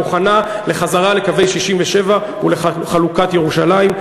מוכנה לחזרה לקווי 67' ולחלוקת ירושלים.